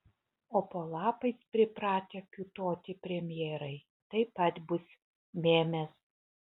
o po lapais pripratę kiūtoti premjerai taip pat bus mėmės